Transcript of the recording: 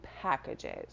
packages